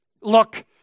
Look